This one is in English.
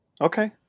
Okay